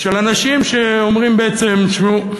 של אנשים שאומרים בעצם: תשמעו,